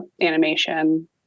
animation